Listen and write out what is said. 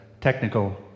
technical